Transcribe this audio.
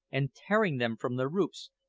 and tearing them from their roots,